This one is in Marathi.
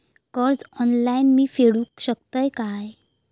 कर्ज ऑनलाइन मी फेडूक शकतय काय?